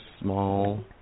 small